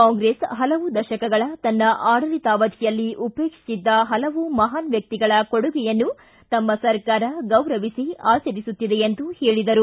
ಕಾಂಗ್ರೆಸ್ ಹಲವು ದಶಕಗಳ ತನ್ನ ಆಡಳಿತಾವಧಿಯಲ್ಲಿ ಉಪೇಕ್ಷಿಸಿದ್ದ ಹಲವು ಮಹಾನ ವ್ಯಕ್ತಿಗಳ ಕೊಡುಗೆಯನ್ನು ತಮ್ಮ ಸರ್ಕಾರ ಗೌರವಿಸಿ ಆಚರಿಸುತ್ತಿದೆ ಎಂದರು